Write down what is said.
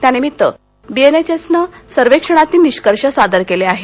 त्यानिमित्त बीएनएचएसने सर्वेक्षणातील निष्कर्ष सादर केले आहेत